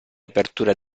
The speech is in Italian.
apertura